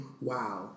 wow